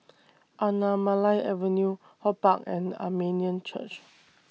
Anamalai Avenue HortPark and Armenian Church